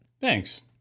Thanks